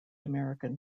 american